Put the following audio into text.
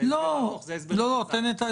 לומר